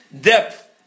depth